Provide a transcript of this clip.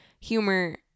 humor